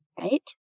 right